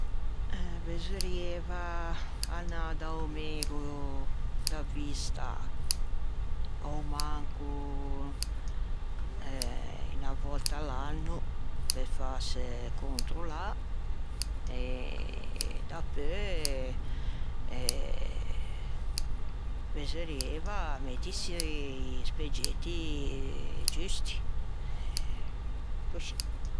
Eh besorrieiva anâ da-o mego da vista a-o manco eh unna vòtta l'anno pe fâse controllâ e dapeu eh besorrieiva mettise i speggetti giusti. Coscì.